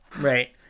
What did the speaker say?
Right